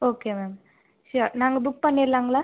okay ma'am sure நாங்கள் book பண்ணிடலாங்களா